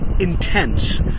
intense